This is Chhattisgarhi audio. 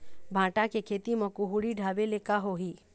भांटा के खेती म कुहड़ी ढाबे ले का होही?